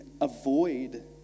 avoid